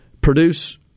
produce